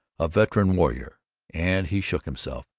a veteran warrior and he shook himself.